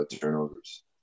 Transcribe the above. turnovers